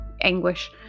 anguish